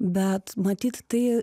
bet matyt tai